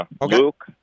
Luke